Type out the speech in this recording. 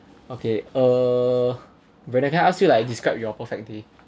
okay uh brandon can I ask you like describe your perfect day